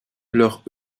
leurs